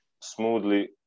smoothly